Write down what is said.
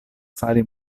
fari